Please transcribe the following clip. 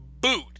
boot